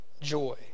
joy